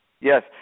Yes